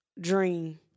dream